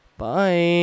Bye